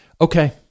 Okay